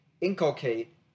inculcate